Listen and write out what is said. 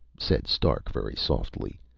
said stark, very softly.